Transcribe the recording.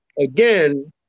again